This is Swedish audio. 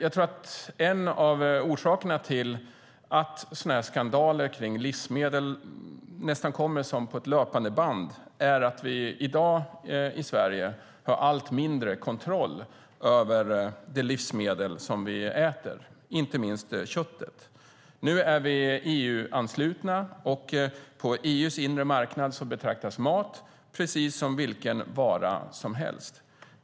En av orsakerna till att skandaler som rör livsmedel kommer som på ett löpande band är att vi i dag i Sverige har allt mindre kontroll över de livsmedel vi äter, inte minst köttet. Nu är Sverige EU-anslutet, och på EU:s inre marknad betraktas mat precis som vilken vara som helst.